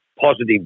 positive